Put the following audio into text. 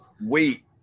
wait